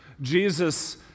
Jesus